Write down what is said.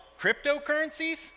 cryptocurrencies